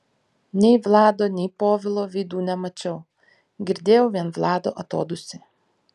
nei vlado nei povilo veidų nemačiau girdėjau vien vlado atodūsį